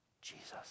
Jesus